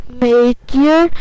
major